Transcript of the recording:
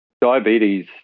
diabetes